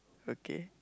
okay